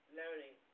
learning